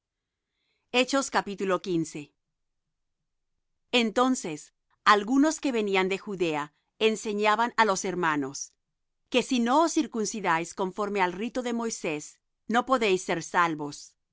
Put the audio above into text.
los discípulos entonces algunos que venían de judea enseñaban á los hermanos que si no os circuncidáis conforme al rito de moisés no podéis ser salvos